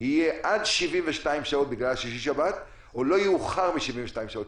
יהיה עד 72 שעות בגלל שישי-שבת או לא יאוחר מ-72 שעות.